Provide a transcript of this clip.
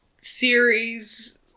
series